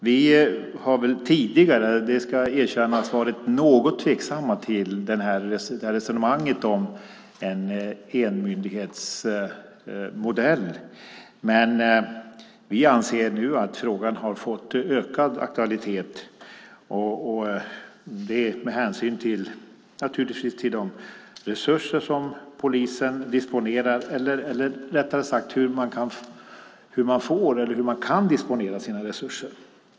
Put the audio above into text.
Vi har tidigare, ska jag erkänna, varit något tveksamma till resonemanget om en enmyndighetsmodell. Men vi anser nu att frågan har fått ökad aktualitet, detta naturligtvis med hänsyn till hur polisen kan disponera sina resurser.